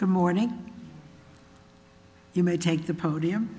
good morning you may take the podium